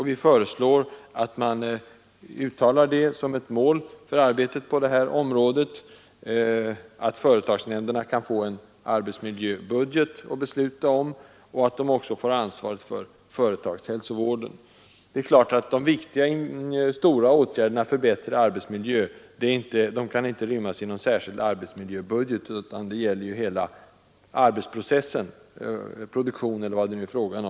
Vi föreslår att man som ett mål för arbetet på detta område uttalar att företagsnämnderna skall kunna få en arbetsmiljöbudget att besluta om, liksom att de får ansvaret för företagshälsovården. Det är klart att de stora och viktiga åtgärderna för att förbättra arbetsmiljön inte kan rymmas i någon särskild arbetsmiljöbudget, därför att de gäller hela fältet inom produktionen.